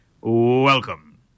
Welcome